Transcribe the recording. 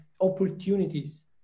opportunities